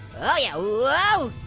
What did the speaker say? whoa.